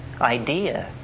idea